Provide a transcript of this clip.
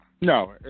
No